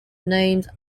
named